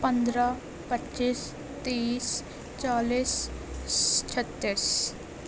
پندرہ پچیس تیس چالیس چھتیس